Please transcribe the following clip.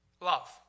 Love